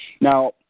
Now